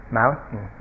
mountain